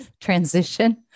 transition